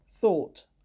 thought